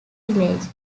village